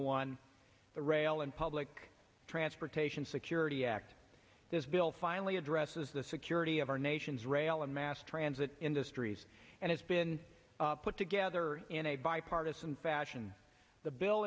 one the rail and public transportation security act this bill finally addresses the security of our nation's rail and mass transit industries and it's been put together in a bipartisan fashion the bill